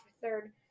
third